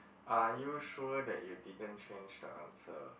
are you sure that you didn't change the answer